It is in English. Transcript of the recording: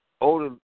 older